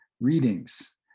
readings